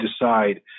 decide